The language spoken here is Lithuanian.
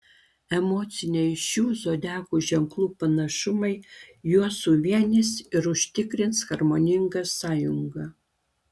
emociniai šių zodiako ženklų panašumai juos suvienys ir užtikrins harmoningą sąjungą